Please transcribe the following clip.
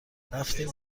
رفتیم